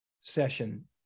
session